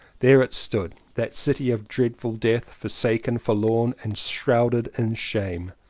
there it stood, that city of dread ful death, forsaken, forlorn, and shrouded in shame.